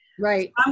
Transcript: Right